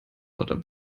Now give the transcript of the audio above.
lauter